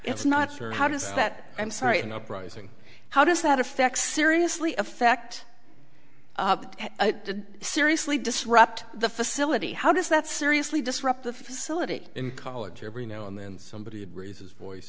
it's not sure how does that i'm sorry an uprising how does that effect seriously affect seriously disrupt the facility how does that seriously disrupt the facility in college every now and then somebody would raise his voice